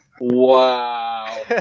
Wow